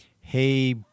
hey